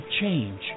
change